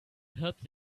helped